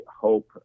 hope